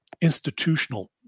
institutional